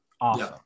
Awesome